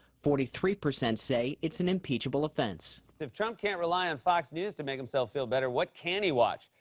forty three percent say it's an impeachable offense. if trump can't rely on fox news to make himself feel better, what can he watch?